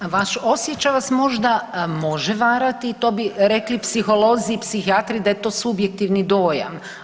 A vaš osjećaj vas možda može varati, to bi rekli psiholozi, psihijatri da je to subjektivni dojam.